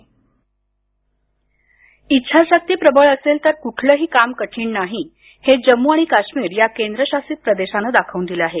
जम्म् काश्मीर इच्छाशक्ती प्रबळ असेल तर कुठलही काम कठीण नाही हे जम्मू आणि काश्मीर या केंद्र शासित प्रदेशानं दाखवून दिलं आहे